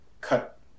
cut